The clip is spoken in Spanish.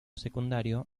secundario